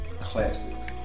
classics